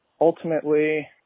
Ultimately